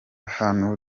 hano